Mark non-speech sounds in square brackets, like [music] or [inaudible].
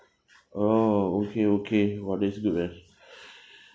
oh okay okay !wah! this good man [breath]